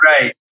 right